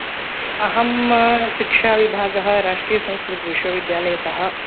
अहं शिक्षाविभागः राष्ट्रियसंस्कृतविश्वविद्यालयतः